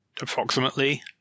approximately